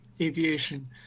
aviation